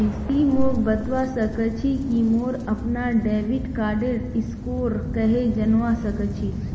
ति मोक बतवा सक छी कि मोर अपनार डेबिट कार्डेर स्कोर कँहे जनवा सक छी